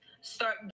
start